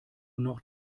noch